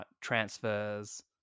transfers